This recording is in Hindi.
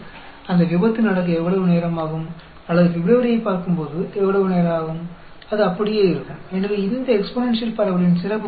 उस विशेष घटना के होने की प्रोबेबिलिटी प्रोबेबिलिटी का समय समान होने वाला है